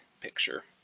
picture